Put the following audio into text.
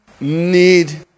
need